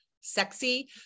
sexy